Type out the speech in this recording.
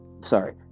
Sorry